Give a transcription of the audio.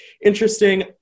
interesting